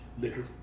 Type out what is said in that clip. Liquor